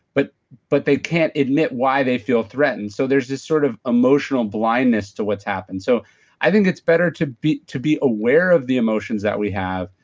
but but they can't admit why they feel threatened. so there's this sort of emotional blindness to what's happened so i think it's better to be to be aware of the emotions that we have,